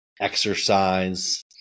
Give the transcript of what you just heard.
exercise